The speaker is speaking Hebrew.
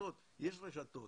יש רשתות,